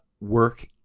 work